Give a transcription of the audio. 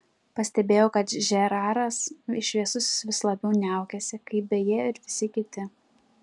pastebėjau kad žeraras šviesusis vis labiau niaukiasi kaip beje ir visi kiti